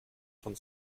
von